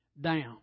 down